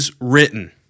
written